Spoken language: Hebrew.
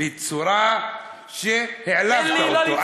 בצורה שהעלבת אותו.